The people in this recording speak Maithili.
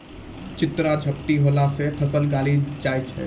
चित्रा झपटी होला से फसल गली जाय छै?